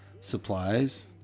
supplies